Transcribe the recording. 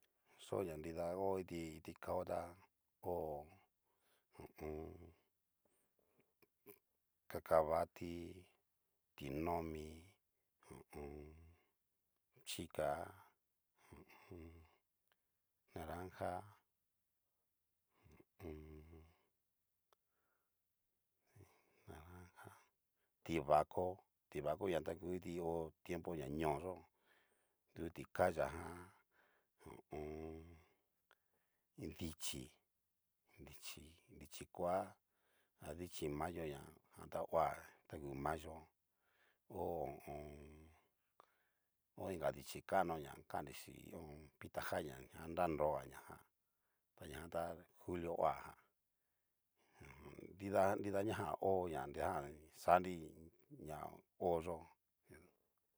Xó ña nida ho iti itikao ta hó ho o on. cacabatí, tí nomi, ho o on. chika, ho o on. naranja ho o on. naranja, tivako tivako ña ta ngu kiti hó, tiempo ñoo yó du tikaya jan ho o on. dichii, dichii dichii koa, adichí mayo ña jan ta oha ta ngu mayo ho o on. ho inka dichii kano na kan nri xi pitajalla ananroga ñajan, tañajan ta julio ho jan nrida ñajan hó ñanridajan xanri ña hoyó.